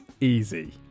easy